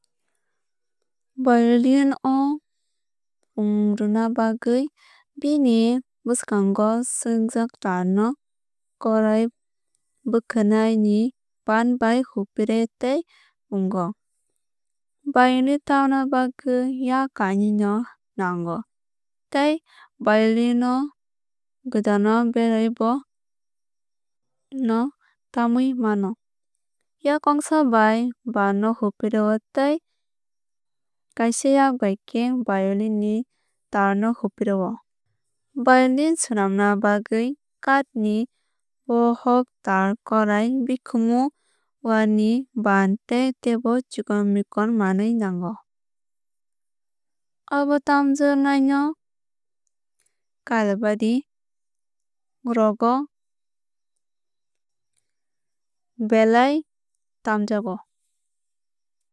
Violin o pungrwuna bagwui bini bwsago swngjak taar no korai bwkhwnai ni baan bai hupre khei pungo. Violin tamna bagwui yak kainwui no nango tei violin no gwdano berai o bono tamwui mano. Yak kongsa bai baan no hepre o tei kaisa yak bai khe violin ni taar no hepre o. Violin swlamna bagwui kaath ni bokhok taar korai bikhumu owa ni ban tei tebo chikon mikon manwui nango. Obo tamjaknani no kailaibari rogo belai tamjago.